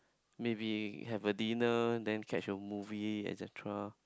maybe have a dinner then catch a movie Alexandra